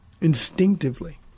Instinctively